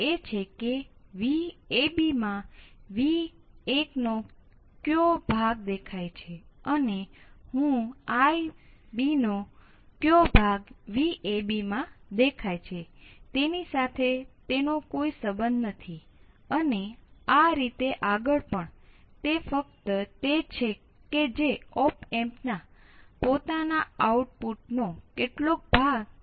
એ યાદ રાખો કે જ્યારે ઓપ એમ્પ અનંત છે